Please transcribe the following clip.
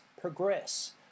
progress